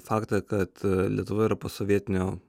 faktą kad lietuva yra posovietinio